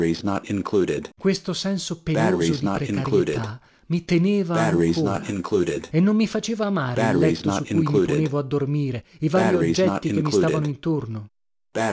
viaggia questo senso penoso di precarietà mi teneva ancora e non mi faceva amare il letto su cui mi ponevo a dormire i varii oggetti che mi stavano intorno